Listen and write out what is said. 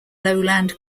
lowland